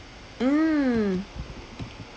mm